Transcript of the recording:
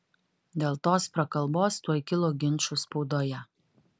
dėl tos prakalbos tuoj kilo ginčų spaudoje